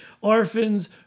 Orphans